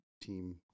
team